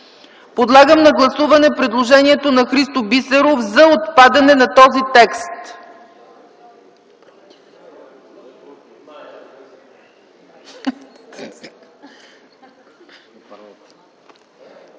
Подлагам на гласуване на предложението на Христо Бисеров за отпадане на този текст.